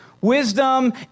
Wisdom